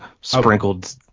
sprinkled